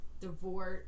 divorce